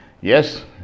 Yes